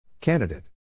Candidate